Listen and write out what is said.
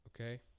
okay